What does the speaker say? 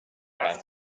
bij